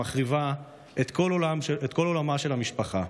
שמחריבה את כל עולמה של המשפחה.